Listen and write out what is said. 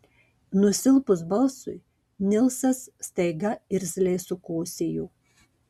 nusilpus balsui nilsas staiga irzliai sukosėjo